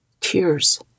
Tears